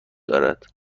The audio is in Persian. دارد